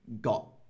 got